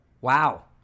Wow